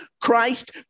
Christ